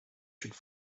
should